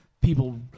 people